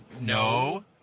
no